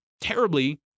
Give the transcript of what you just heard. terribly